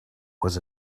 was